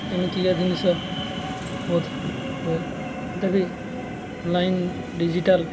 ଏମିତିକା ଜିନିଷ ବହୁତ ହୁଏ ଏଇଟା ବି ଅନଲାଇନ୍ ଡିଜିଟାଲ୍